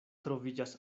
troviĝas